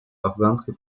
афганской